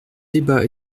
débats